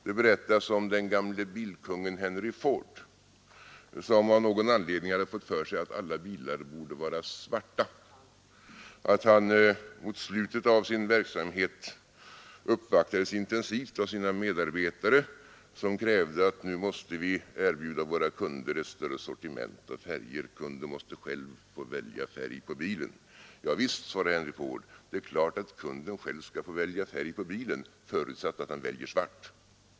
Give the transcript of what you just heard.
Det berättas om den gamle bilkungen Henry Ford, som av någon anledning hade fått för sig att alla bilar borde vara svarta, att han mot slutet av sin verksamhet uppvaktades intensivt av sina medarbetare, som krävde att kunderna skulle erbjudas ett större urval av färger. Kunden måste själv få välja färg på bilen. Ja visst, svarade Henry Ford, det är klart att kunden själv skall få välja färg på bilen, förutsatt att han väljer svart.